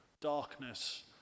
darkness